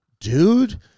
dude